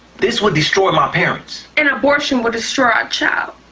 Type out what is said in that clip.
this would destroy my parents. an abortion would destroy our child.